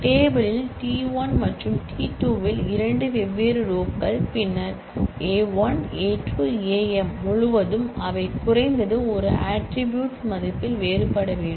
table யில் t1 மற்றும் t2 இல் இரண்டு வெவ்வேறு ரோகள் பின்னர் A1 A2 Am முழுவதும் அவை குறைந்தது ஒரு ஆட்ரிபூட்ஸ் மதிப்பில் வேறுபட வேண்டும்